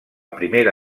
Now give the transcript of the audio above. primera